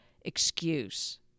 excuse